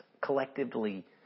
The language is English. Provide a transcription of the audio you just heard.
collectively